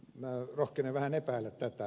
minä rohkenen vähän epäillä tätä